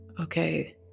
okay